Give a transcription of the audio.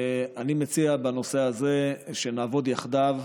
ואני מציע בנושא הזה שנעבוד יחדיו,